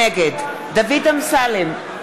נגד דוד אמסלם,